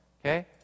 Okay